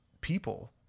people